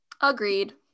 Agreed